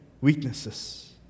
weaknesses